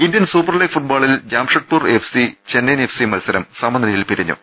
Indian super league ഫുട്ബോളിൽ Jamshedpur FC Chennaiyin FC മത്സരം സമനിലയിൽ പിരിഞ്ഞു